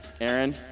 Aaron